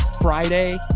Friday